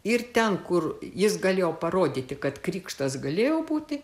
ir ten kur jis galėjo parodyti kad krikštas galėjo būti